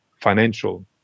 financial